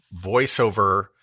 voiceover